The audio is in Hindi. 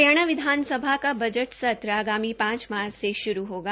हरियाणा विधानसभा का बजट सत्र आगामी पांच मार्च से शुरू होगा